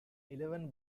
eleven